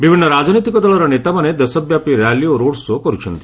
ବିଭିନ୍ନ ରାଜନୈତିକ ଦଳର ନେତାମାନେ ଦେଶବ୍ୟାପି ର୍ୟାଲି ଓ ରୋଡ୍ ସୋ କରୁଛନ୍ତି